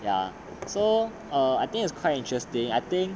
ya so err I think it was quite interesting I think